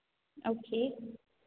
okay